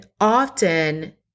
often